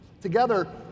Together